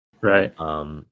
Right